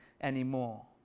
anymore